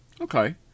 Okay